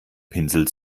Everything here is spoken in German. pinsel